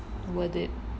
worth it